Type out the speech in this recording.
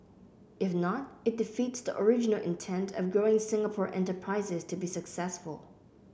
if not it defeats the original intent of growing Singapore enterprises to be successful